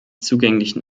zugänglichen